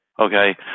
Okay